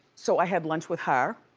so i had lunch with her.